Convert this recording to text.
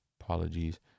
Apologies